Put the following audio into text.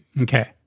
Okay